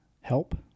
help